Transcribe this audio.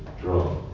draw